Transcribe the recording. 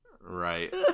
Right